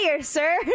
sir